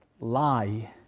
lie